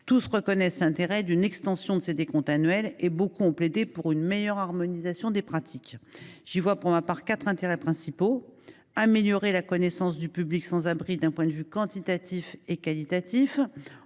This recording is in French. tous reconnaissent l’intérêt d’une extension de ces décomptes annuels et beaucoup ont plaidé pour une meilleure harmonisation des pratiques. Pour ma part, j’y vois quatre intérêts principaux : cela permet d’améliorer la connaissance du public sans abri, d’un point de vue quantitatif et qualitatif,